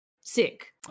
sick